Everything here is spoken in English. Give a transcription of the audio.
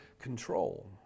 control